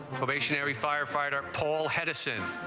stationary firefighter paul hedison